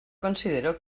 considero